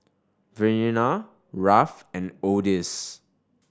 Verena Rafe and Odis